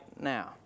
now